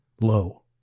Low